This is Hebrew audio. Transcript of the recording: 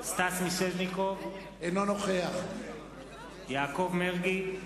סטס מיסז'ניקוב, אינו נוכח יעקב מרגי,